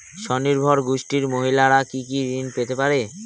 স্বনির্ভর গোষ্ঠীর মহিলারা কি কি ঋণ পেতে পারে?